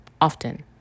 often